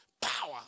Power